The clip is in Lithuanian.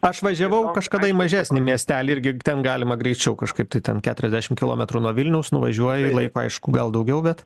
aš važiavau kažkada į mažesnį miestelį irgi ten galima greičiau kažkaip tai ten keturiasdešimt kilometrų nuo vilniaus nuvažiuoji laiko aišku gal daugiau bet